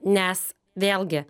nes vėlgi